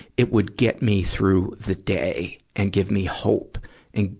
it would get me through the day and give me hope and,